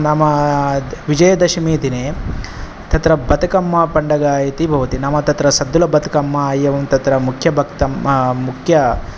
नाम विजयदशमीदिने तत्र बतिकम्माहपण्डग इति भवति नाम तत्र सद्दुलबतिकाम्मा एवं तत्र मुख्यबतकम्मा मुख्य